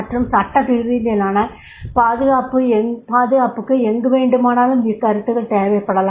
மற்றும் சட்டரீதியிலான பாதுகாப்புக்கு எங்கு வேண்டுமானாலும் இக்கருத்துத்துக்கள் தேவைப்படலாம்